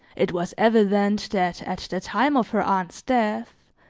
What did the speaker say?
it was evident that, at the time of her aunt's death,